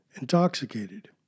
intoxicated